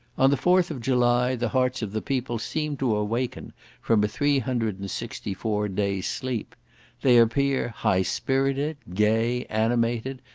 on the fourth of july the hearts of the people seem to awaken from a three hundred and sixty-four days' sleep they appear high-spirited, gay, animated,